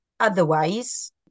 Otherwise